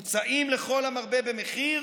ומוצעים לכל המרבה במחיר